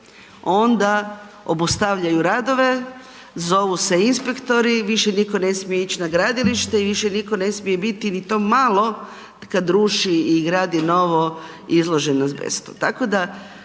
onda obustavljaju radove, zovu se inspektori, više nitko ne smije ići na gradilište i više nitko ne smije biti ni to malo kad rupi i gradi novo izložen azbestu.